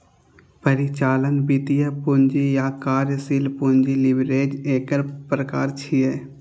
परिचालन, वित्तीय, पूंजी आ कार्यशील पूंजी लीवरेज एकर प्रकार छियै